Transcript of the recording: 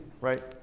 right